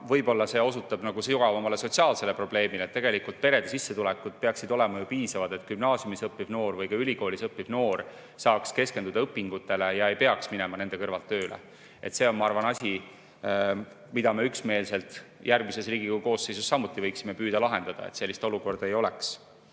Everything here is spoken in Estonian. Võib-olla see osutab sügavamale sotsiaalsele probleemile. Tegelikult perede sissetulekud peaksid olema piisavad, et gümnaasiumis õppiv noor või ka ülikoolis õppiv noor saaks keskenduda õpingutele ega peaks minema nende kõrvalt tööle. See on, ma arvan, asi, mida me üksmeelselt järgmises Riigikogu koosseisus samuti võiksime püüda lahendada, et sellist olukorda ei oleks.